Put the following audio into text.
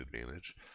advantage